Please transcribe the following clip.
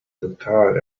total